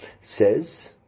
says